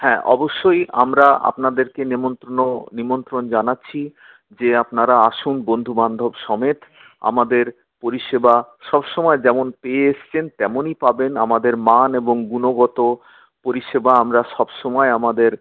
হ্যাঁ অবশ্যই আমরা আপনাদেরকে নিমন্ত্রন্ন নিমন্ত্রণ জানাচ্ছি যে আপনারা আসুন বন্ধু বান্ধব সমেত আমাদের পরিষেবা সবসময় যেমন পেয়ে এসেছেন তেমনই পাবেন আমাদের মান এবং গুণগত পরিষেবা আমরা সবসময় আমাদের